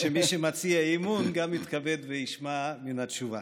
שמי שמציע אי-אמון גם יתכבד וישמע מן התשובה.